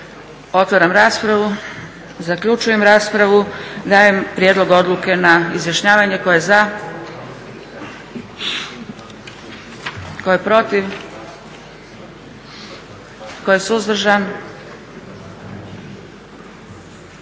Otvaram raspravu. Zaključujem raspravu. Dajem prijedlog odluke na izjašnjavanje. Tko je za? Tko je protiv? Tko je suzdržan?